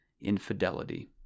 infidelity